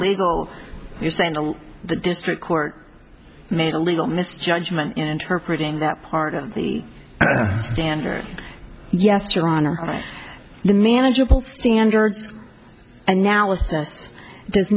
legal you're saying that the district court made a legal misjudgment interpret in that part of the standard yester honor the manageable standards and now with us does